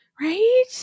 right